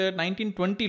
1920